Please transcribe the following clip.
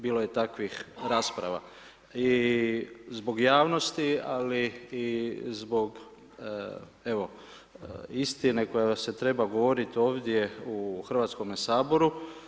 Bilo je takvih rasprava i zbog javnosti ali i zbog evo istine koja se treba govorit ovdje u Hrvatskom saboru.